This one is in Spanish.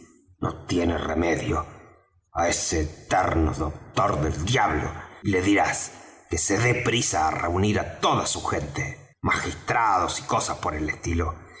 no tiene remedio á ese eterno doctor del diablo y le dirás que se dé prisa á reunir á todas sus gentes magistrados y cosas por el estilo